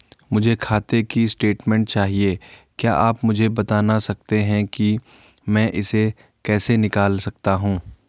मुझे खाते की स्टेटमेंट चाहिए क्या आप मुझे बताना सकते हैं कि मैं इसको कैसे निकाल सकता हूँ?